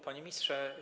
Panie Ministrze!